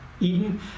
Eden